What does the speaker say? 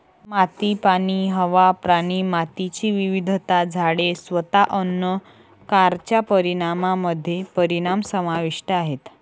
माती, पाणी, हवा, प्राणी, मातीची विविधता, झाडे, स्वतः अन्न कारच्या परिणामामध्ये परिणाम समाविष्ट आहेत